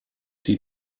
die